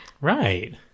Right